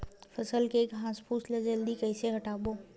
फसल के घासफुस ल जल्दी कइसे हटाव?